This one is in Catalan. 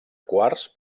quars